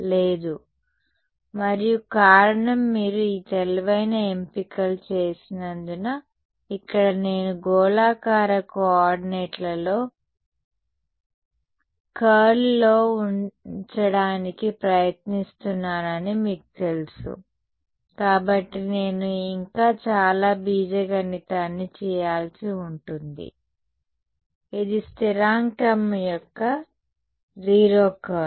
లేదు మరియు కారణం మీరు ఈ తెలివైన ఎంపికలు చేసినందున ఇక్కడ నేను గోళాకార కో ఆర్డినేట్లలో కర్ల్లో ఉంచడానికి ప్రయత్నిస్తున్నానని మీకు తెలుసు కాబట్టి నేను ఇంకా చాలా బీజగణితాన్ని చేయాల్సి ఉంటుంది ఇది స్థిరాంకం యొక్క 0 కర్ల్